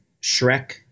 Shrek